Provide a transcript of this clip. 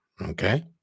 Okay